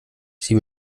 sie